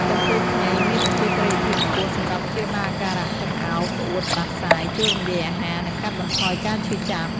ចំពោះ ខ្ញី មានប្រជាប្រិយភាពខ្ពស់សម្រាប់ព្យាបាលអាការៈចង្អោរ ក្អួត ផ្តាសាយ ជួយរំលាយអាហារ និងកាត់បន្ថយការឈឺចាប់។